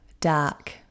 dark